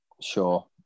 Sure